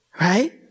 Right